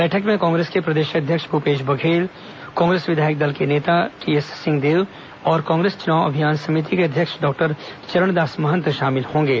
बैठक में कांग्रेस के प्रदेश अध्यक्ष भूपेश बघेल कांग्रेस विधायक दल के नेता टीएस सिंहदेव और कांग्रेस चुनाव अभियान समिति के अध्यक्ष डॉक्टर चरणदास महंत शामिल होंगे